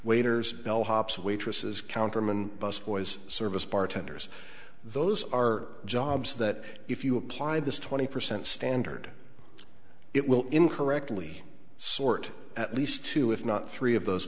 waiters bellhops waitresses counterman busboys service bartenders those are jobs that if you apply this twenty percent standard it will incorrectly sort at least two if not three of those